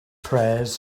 prayers